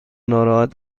ناراحت